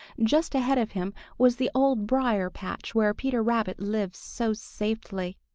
just ahead of him was the old briar-patch where peter rabbit lives so safely.